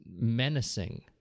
menacing